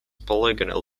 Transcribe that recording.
polygonal